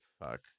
fuck